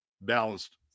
balanced